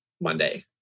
Monday